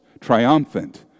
triumphant